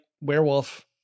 werewolf